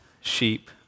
sheep